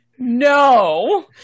No